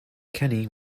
kenny